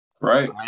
Right